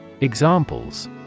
Examples